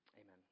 Amen